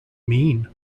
mean